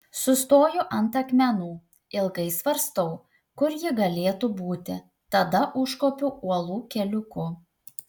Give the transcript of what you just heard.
sustoju ant akmenų ilgai svarstau kur ji galėtų būti tada užkopiu uolų keliuku